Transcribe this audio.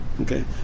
Okay